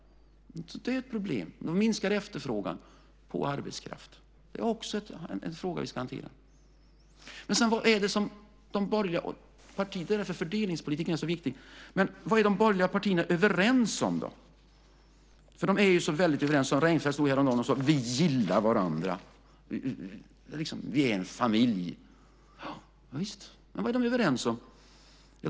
Det blir ett problem. Då minskar efterfrågan på arbetskraft. Det är också en fråga som vi måste hantera. Det är därför som fördelningspolitiken är så viktig. Men vad är då de borgerliga överens om, för de är ju väldigt överens? Fredrik Reinfeldt stod här och sade: Vi gillar varandra. Vi är en familj. Javisst, men vad är de överens om?